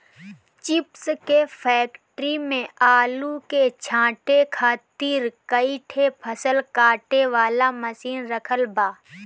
chips के factory में आलू के छांटे खातिर कई ठे फसल छांटे वाला मशीन रखल बा